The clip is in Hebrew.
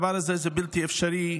הדבר הזה בלתי אפשרי.